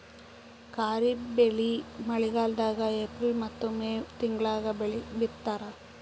ಖಾರಿಫ್ ಬೆಳಿ ಮಳಿಗಾಲದಾಗ ಏಪ್ರಿಲ್ ಮತ್ತು ಮೇ ತಿಂಗಳಾಗ ಬಿತ್ತತಾರ